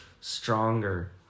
stronger